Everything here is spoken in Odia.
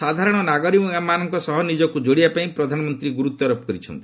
ସାଧାରଣ ନାଗରିକମାନଙ୍କ ସହ ନିଜକୁ ଯୋଡିବା ପାଇଁ ପ୍ରଧାନମନ୍ତ୍ରୀ ଗୁରୁତ୍ୱାରୋପ କରିଛନ୍ତି